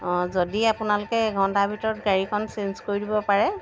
অঁ যদি আপোনালোকে এঘণ্টাৰ ভিতৰত গাড়ীখন চেঞ্জ কৰি দিব পাৰে